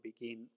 begin